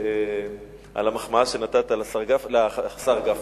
על המחמאה שנתת לשר גפני,